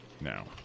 now